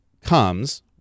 comes